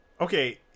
Okay